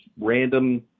random